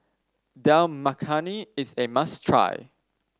Dal Makhani is a must try